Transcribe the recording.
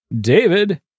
David